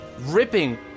ripping